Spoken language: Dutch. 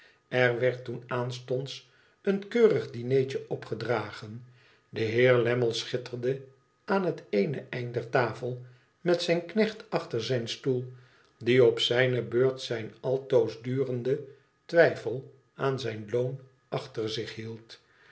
r werd toen aanstonds een keurig dineertje opgedragen de heer lammie schitterde aan het eene eind der tafel met zijn knecht achter zijn stoel die op zijne beurt zijn altoosdurenden twijfel aan zijn loon achter zich hield